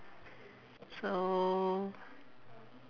so